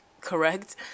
correct